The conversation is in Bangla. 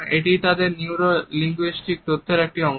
এটি তাদের নিউরো লিঙ্গুইস্টিক তত্ত্বের একটি অংশ